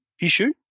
issue